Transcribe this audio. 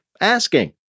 asking